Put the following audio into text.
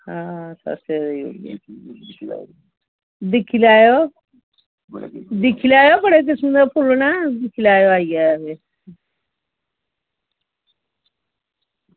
आं सस्ते देई ओड़गे दिक्खी लैयो दिक्खी लैयो बड़े किस्म दे फुल्ल न दिक्खी लैयो आइयै